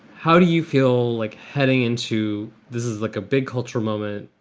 how do you feel like heading into this is like a big culture moment.